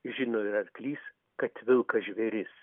žino ir arklys kad vilkas žvėrys